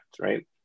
right